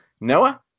Noah